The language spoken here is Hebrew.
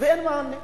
אין מענה?